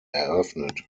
eröffnet